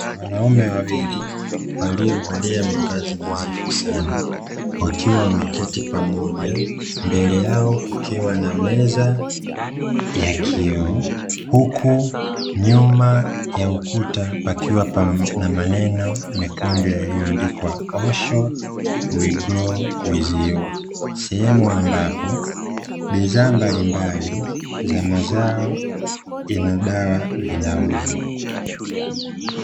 Wanaume wawili waliovalia mavazi nadhifu sana wakiwa wameketi pamoja mbele yao kukiwa na meza ya kioo huku nyuma ya ukuta pakiwa na maneno mekundu yaliyoandikwa, (osho we grow with you) sehemu ambapo bidhaa mbalimbali za mazao na dawa zinauzwa.